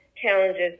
challenges